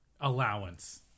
allowance